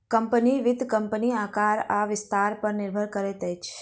company, वित्त कम्पनीक आकार आ विस्तार पर निर्भर करैत अछि